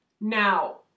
Now